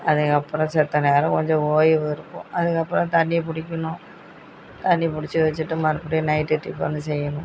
அதுக்கப்புறம் செத்த நேரம் கொஞ்சம் ஓய்வு இருக்கும் அதுக்கப்புறம் தண்ணியை பிடிக்கணும் தண்ணி பிடிச்சி வச்சுட்டு மறுபடியும் நைட்டு டிஃபனு செய்யணும்